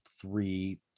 three